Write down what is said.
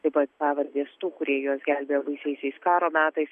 taip pat pavardės tų kurie juos gelbėjo baisiaisiais karo metais